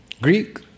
Greek